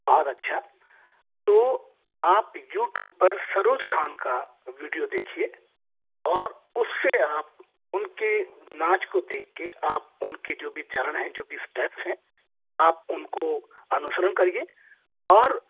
बहुत अच्छा तो आप यूटूब पर सरोज खान का विडियो देखिये और उससे आप उनके नाच को देख कर आप उनके जो भी चरण हैं जो भी स्टेप्स हैं आप उनको अनुसरण करिए और